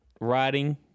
Riding